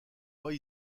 pas